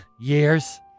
years